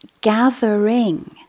gathering